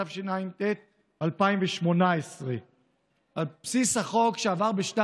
התשע"ט 2018. על בסיס החוק שעבר ב-2018